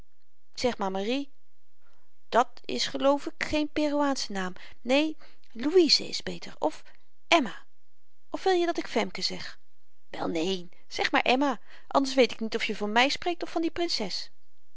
zeg maar marie dat is geloof ik geen peruaansche naam neen louise is beter of emma of wil je dat ik femke zeg wel neen zeg maar emma anders weet ik niet of je van my spreekt of van die